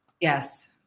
Yes